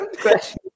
question